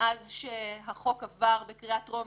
מאז שהחוק עבר בקריאה טרומית,